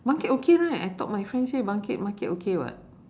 bangkit okay right I thought my friend say bangkit market okay [what]